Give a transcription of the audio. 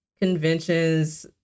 conventions